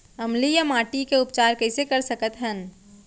अम्लीय माटी के उपचार कइसे कर सकत हन?